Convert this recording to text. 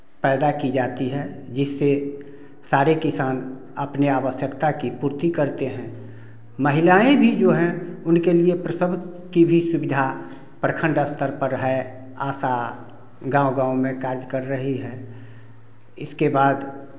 पैदा की जाती है जिससे सारे किसान अपने आवश्यकता की पूर्ति करते हैं महिलाएँ भी जो हैं उनके लिए प्रसव की भी सुविधा प्रखंड स्तर पर है आशा गाँव गाँव में कार्य कर रही है इसके बाद